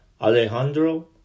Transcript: Alejandro